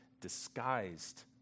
disguised